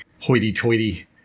Hoity-toity